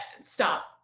Stop